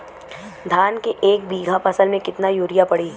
धान के एक बिघा फसल मे कितना यूरिया पड़ी?